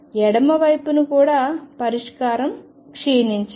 ఎడమ వైపున కూడా పరిష్కారం క్షీణించాలి